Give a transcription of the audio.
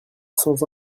sans